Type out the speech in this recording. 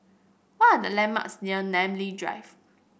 what are the landmarks near Namly Drive